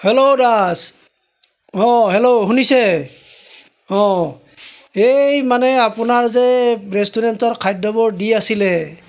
hello Das অঁ hello শুনিছে অঁ এই মানে আপোনাৰ যে ৰেষ্টুৰেণ্টৰ খাদ্যবোৰ দি আছিলে